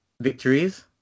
victories